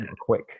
quick